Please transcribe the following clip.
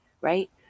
right